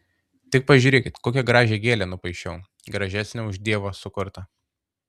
tik pažiūrėkit kokią gražią gėlę nupaišiau gražesnę už dievo sukurtą